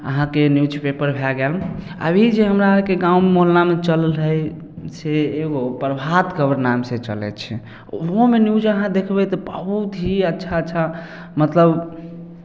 अहाँके न्यूजपेपर भए गेल अभी जे हमरा आरके गाँव मोहल्लामे चलल हइ से एगो प्रभात खबर नामसँ चलै छै ओहोमे न्यूज अहाँ देखबै तऽ बहुत ही अच्छा अच्छा मतलब